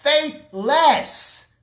faithless